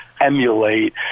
emulate